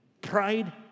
Pride